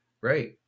right